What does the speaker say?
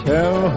Tell